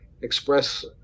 express